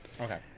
Okay